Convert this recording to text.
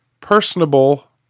personable